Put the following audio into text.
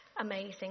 amazing